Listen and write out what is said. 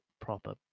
proper